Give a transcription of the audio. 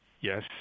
Yes